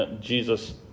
Jesus